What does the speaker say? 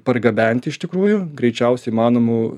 pargabenti iš tikrųjų greičiausiai įmanomu